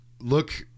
look